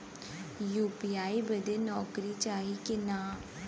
UPI बदे नौकरी चाही की ना?